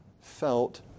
felt